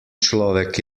človek